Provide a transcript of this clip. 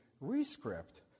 rescript